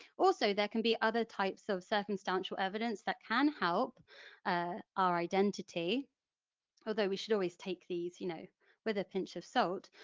there can be other types of circumstantial evidence that can help ah our identity although we should always take these you know with a pinch of salt,